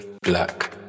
Black